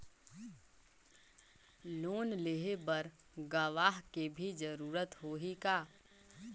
Loan लेहे बर गवाह के भी जरूरत होही का?